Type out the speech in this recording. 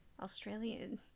Australian